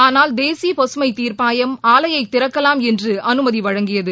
ஆனால் தேசிய பசுமை தீர்ப்பாயம் ஆலையை திறக்கலாம் என்று அனுமதி வழங்கியது